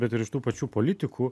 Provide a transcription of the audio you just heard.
bet ir iš tų pačių politikų